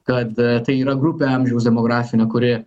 kad tai yra grupė amžiaus demografinė kuri